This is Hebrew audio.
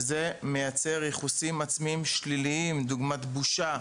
וזה מייצר ייחוסים עצמיים שליליים דוגמת בושה,